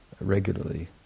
regularly